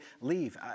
leave